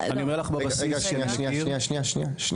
אני אומר לך בבסיס שאני מכיר.